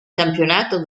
campionato